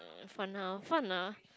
for now fun lah